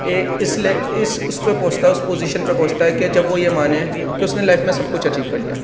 یہ اس لے اس اس پہ پہنچتا ہے اس پوزشن پہ پہنچتا ہے کہ جب وہ یہ مانے کہ اس نے لائف میں سب کچھ اچیو کر لیا